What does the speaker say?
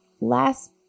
Last